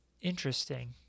interesting